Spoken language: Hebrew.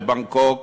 מבנגקוק,